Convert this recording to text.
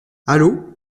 allo